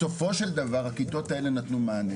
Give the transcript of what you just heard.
בסופו של דבר הכיתות האלה נתנו מענה,